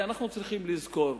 אנחנו צריכים לזכור: